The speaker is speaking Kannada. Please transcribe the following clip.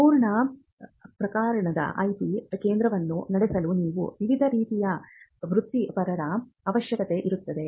ಪೂರ್ಣ ಪ್ರಮಾಣದ ಐಪಿ ಕೇಂದ್ರವನ್ನು ನಡೆಸಲು ನೀವು ವಿವಿಧ ರೀತಿಯ ವೃತ್ತಿಪರರ ಅವಶ್ಯಕತೆ ಇರುತ್ತದೆ